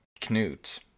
Knut